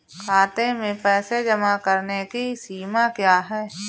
खाते में पैसे जमा करने की सीमा क्या है?